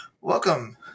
Welcome